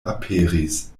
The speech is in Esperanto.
aperis